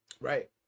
right